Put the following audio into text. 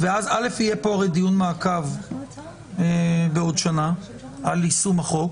הרי יהיה פה דיון מעקב בעוד שנה על יישום החוק